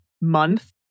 month